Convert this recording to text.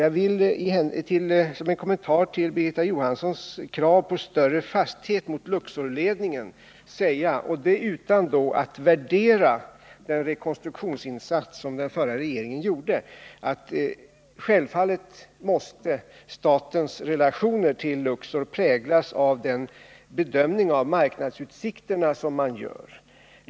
Jag vill som en kommentar till Birgitta Johanssons krav på större fasthet mot Luxorledningen säga — och då utan att värdera den rekonstruktionsinsats som den förra regeringen gjorde — att statens relationer till Luxor självfallet måste präglas av den bedömning av marknadsutsikterna som man gör.